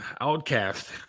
outcast